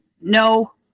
no